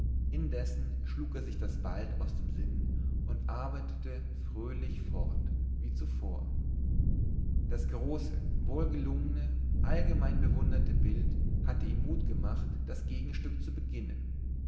indessen schlug er sich das bald aus dem sinn und arbeitete fröhlich fort wie zuvor das große wohlgelungene allgemein bewunderte bild hatte ihm mut gemacht das gegenstück zu beginnen